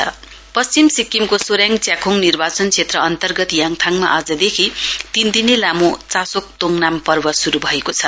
चासोक तोङनाम पश्चिम सिक्किमको सोरेङ च्याखुङ निर्वाचन क्षेत्र अन्तर्गत याङथाङमा आजदेखि तीन दिने लामो चासोक तोङनाम पर्व शुरू भएको छ